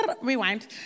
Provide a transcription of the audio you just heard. rewind